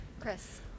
Chris